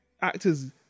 actors